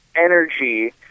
energy